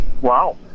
Wow